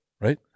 right